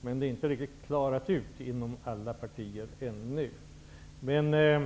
Det är inte riktigt utklarat inom alla partier ännu.